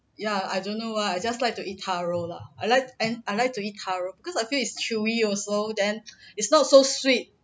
ya I don't know why I just like to eat taro lah I like and I like to eat taro because I feel is chewy also then it's not so sweet